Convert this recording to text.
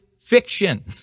fiction